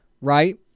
right